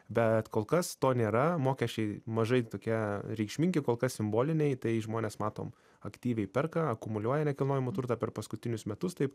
bet kol kas to nėra mokesčiai mažai tokie reikšmingi kol kas simboliniai tai žmonės matom aktyviai perka akumuliuoja nekilnojamu turtą per paskutinius metus taip